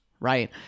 Right